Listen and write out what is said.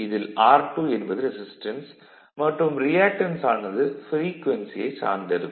இதில் r2 என்பது resistance மற்றும் ரியாக்டன்ஸ் ஆனது ப்ரீக்வென்சியைச் சார்ந்திருக்கும்